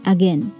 Again